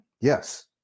yes